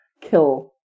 kill